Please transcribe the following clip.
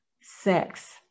sex